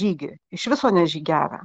žygį iš viso nežygiavę